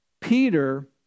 Peter